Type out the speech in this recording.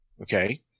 okay